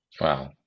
wow